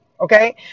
okay